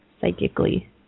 psychically